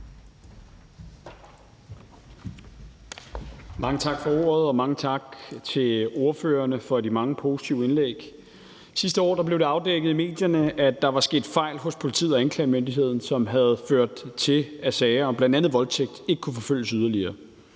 Mange tak for ordet, og mange tak til ordførerne for de mange positive indlæg. Sidste år blev det afdækket i medierne, at der var sket fejl hos politiet og anklagemyndigheden, som havde ført til, at sager om bl.a. voldtægt ikke kunne forfølges yderligere.